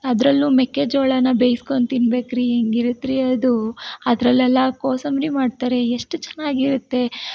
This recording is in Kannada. ಅದರಲ್ಲೂ ಮೆಕ್ಕೆಜೋಳನ ಬೇಯ್ಸ್ಕೊಂಡು ತಿನ್ಬೇಕು ರೀ ಹೆಂಗಿರುತ್ತೆ ರೀ ಅದು ಅದರಲ್ಲೆಲ್ಲಾ ಕೋಸಂಬರಿ ಮಾಡ್ತಾರೆ ಎಷ್ಟು ಚೆನ್ನಾಗಿರುತ್ತೆ